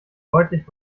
deutlich